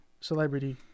celebrity